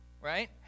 Right